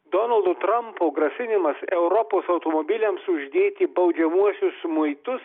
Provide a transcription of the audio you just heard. donaldo trampo grasinimas europos automobiliams uždėti baudžiamuosius muitus